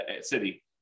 city